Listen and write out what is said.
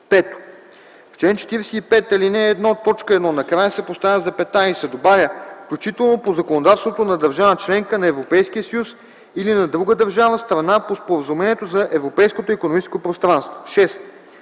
5. В чл. 45, ал. 1, т. 1 накрая се поставя запетая и се добавя „включително по законодателството на държава – членка на Европейския съюз, или на друга държава – страна по Споразумението за Европейското икономическо пространство”. 6.